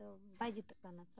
ᱛᱚ ᱵᱟᱭ ᱡᱩᱛᱩᱜ ᱠᱟᱱᱟ